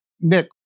Nick